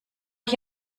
ich